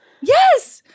Yes